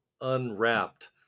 unwrapped